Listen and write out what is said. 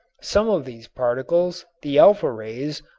some of these particles, the alpha rays,